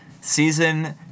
Season